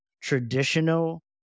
traditional